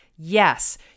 Yes